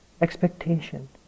expectation